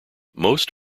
most